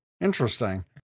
Interesting